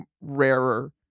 rarer